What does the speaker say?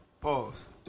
Pause